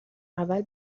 اول